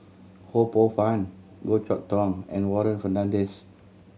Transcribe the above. Ho Poh Fun Goh Chok Tong and Warren Fernandez